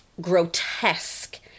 grotesque